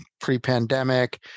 pre-pandemic